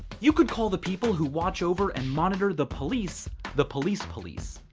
you could call the people who watch over, and monitor, the police the police police.